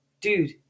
Dude